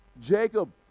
Jacob